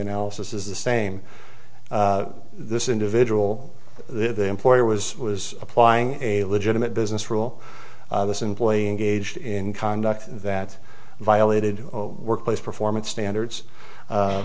analysis is the same this individual the employer was was applying a legitimate business rule this employee engaged in conduct that violated workplace performance standards